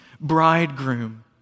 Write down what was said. bridegroom